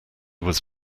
was